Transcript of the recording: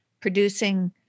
producing